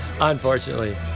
Unfortunately